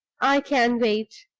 i can wait.